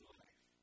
life